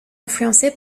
influencé